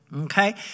okay